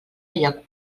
lloc